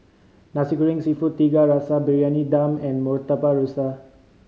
Nasi Goreng Seafood Tiga Rasa Briyani Dum and Murtabak Rusa